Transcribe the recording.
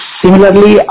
similarly